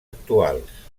actuals